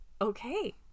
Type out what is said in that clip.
okay